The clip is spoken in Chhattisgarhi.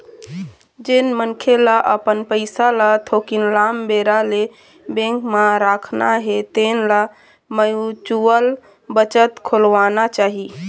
जेन मनखे ल अपन पइसा ल थोकिन लाम बेरा ले बेंक म राखना हे तेन ल म्युचुअल बचत खोलवाना चाही